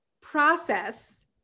process